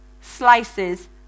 slices